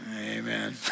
Amen